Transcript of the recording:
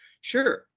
sure